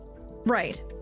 Right